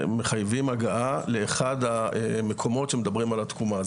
מחייבים הגעה לאחד המקומות שמדברים על התקומה.